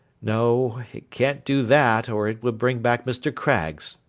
no. it can't do that, or it would bring back mr. craggs,